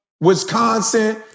Wisconsin